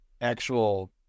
actual